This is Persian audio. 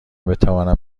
بتوانم